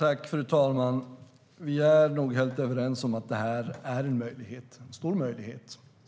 Fru talman! Vi är nog helt överens om att det är en stor möjlighet.